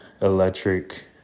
electric